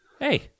hey